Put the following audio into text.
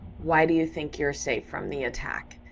why do you think you're safe from the attack?